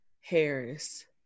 Harris